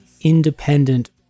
independent